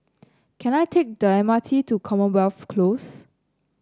can I take the M R T to Commonwealth Close